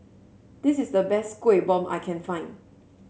this is the best Kueh Bom I can find